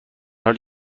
حالی